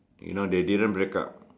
you know they didn't break up